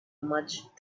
much